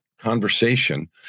conversation